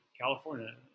california